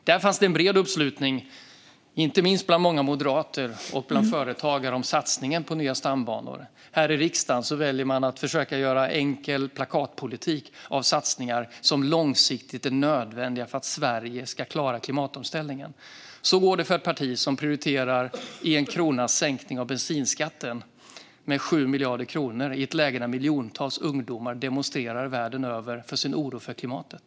Där fanns det en bred uppslutning, inte minst bland många moderater och företagare, om satsningen på nya stambanor. Här i riksdagen väljer man dock att försöka göra enkel plakatpolitik av satsningar som långsiktigt är nödvändiga för att Sverige ska klara klimatomställningen. Så går det för ett parti som prioriterar 1 kronas sänkning av bensinskatten med 7 miljarder kronor i ett läge när miljontals ungdomar världen över demonstrerar sin oro för klimatet.